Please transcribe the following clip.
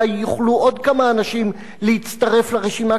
אולי יוכלו עוד כמה אנשים להצטרף לרשימה,